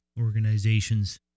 organizations